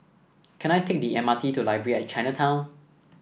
can I take the M R T to Library at Chinatown